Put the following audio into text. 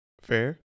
fair